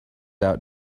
out